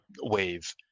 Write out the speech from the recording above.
wave